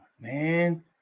man